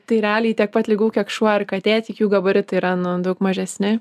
tai realiai tiek pat ligų kiek šuo ar katė tik jų gabaritai yra nu daug mažesni